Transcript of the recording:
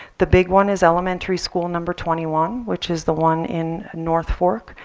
the big one is elementary school number twenty one, which is the one in north fork.